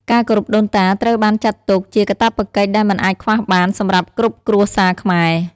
ការគោរពដូនតាត្រូវបានចាត់ទុកជាកាតព្វកិច្ចដែលមិនអាចខ្វះបានសម្រាប់គ្រប់គ្រួសារខ្មែរ។